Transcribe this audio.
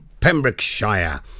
Pembrokeshire